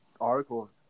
article